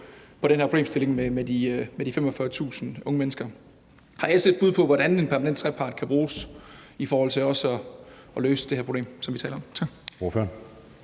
på den her problemstilling med de 45.000 unge mennesker. Har SF et bud på, hvordan en permanent trepartsinstitution kan bruges i forhold til også at løse det her problem, som vi taler om? Tak.